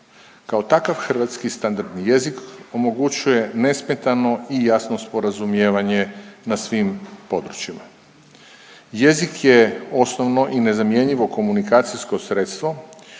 Kao takav, hrvatski standardni jezik omogućuje nesmetano i jasno sporazumijevanje na svim područjima. Jezik je osnovno i nezamjenjivo komunikacijsko sredstvo,